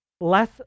less